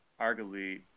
arguably